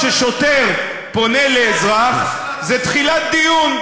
כששוטר פונה לאזרח זה תחילת דיון,